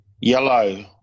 yellow